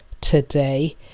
today